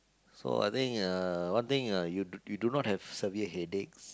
so I think uh one thing uh you do not have severe headaches